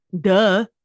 duh